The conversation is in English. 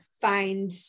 find